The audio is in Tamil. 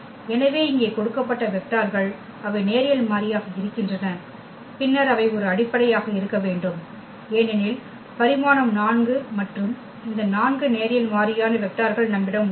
எனவே இங்கே கொடுக்கப்பட்ட வெக்டார்கள் அவை நேரியல் மாறியாக இருக்கின்றன பின்னர் அவை ஒரு அடிப்படையாக இருக்க வேண்டும் ஏனெனில் பரிமாணம் 4 மற்றும் இந்த 4 நேரியல் மாறியான வெக்டார்கள் நம்மிடம் உள்ளன